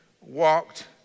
walked